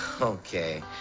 okay